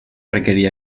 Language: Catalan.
requeria